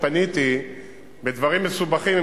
כשפניתי בדברים מסובכים,